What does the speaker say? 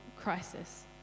crisis